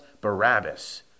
Barabbas